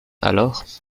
alors